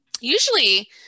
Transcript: usually